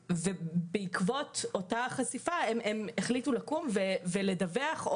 בעקבות אותה חשיפה הם החליטו לקום ולדווח,